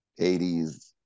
80s